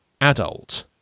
adult